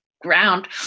ground